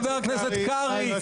חבר הכנסת קרעי.